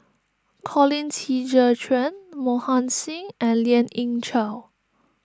Colin Qi Zhe Quan Mohan Singh and Lien Ying Chow